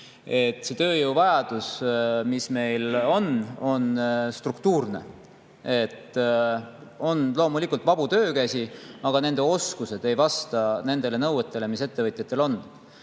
meie tööjõuvajadus on struktuurne. On loomulikult vabu töökäsi, aga nende oskused ei vasta nõuetele, mis ettevõtjatel on.